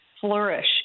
flourish